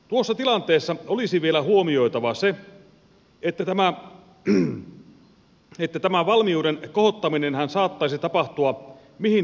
tuossa tilanteessa olisi vielä huomioitava se että tämä valmiuden kohottaminenhan saattaisi tapahtua mihin vuodenaikaan tahansa